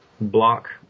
block